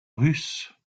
russe